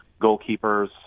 goalkeepers